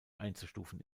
einzustufen